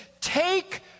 take